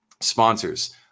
sponsors